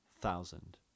thousand